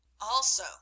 Also